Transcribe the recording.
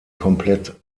komplett